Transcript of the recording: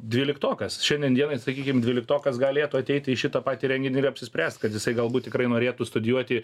dvyliktokas šiandien dienai sakykim dvyliktokas galėtų ateiti į šitą patį renginį ir apsispręst kad jisai galbūt tikrai norėtų studijuoti